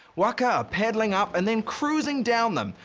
waka are paddling up and then cruising down them.